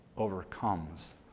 overcomes